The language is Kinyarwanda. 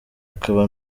akaba